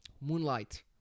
Moonlight